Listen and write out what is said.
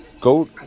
go